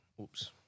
Oops